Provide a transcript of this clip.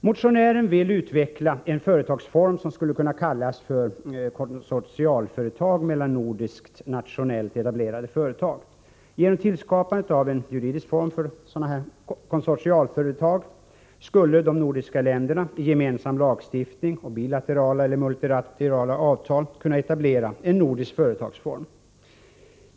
Motionären vill utveckla en juridisk form för vad som skulle kunna kallas konsortialföretag, dvs. samverkan mellan nordiska nationellt etablerade företag. Genom tillskapandet av en juridisk form för konsortialföretag skulle de nordiska länderna, med gemensam lagstiftning och bilaterala eller multilaterala avtal, kunna etablera en nordisk företagsform.